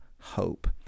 hope